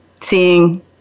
seeing